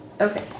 Okay